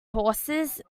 horses